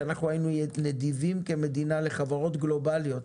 שאנחנו היינו נדיבים כמדינה לחברות גלובאליות,